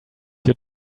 your